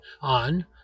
on